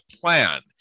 plan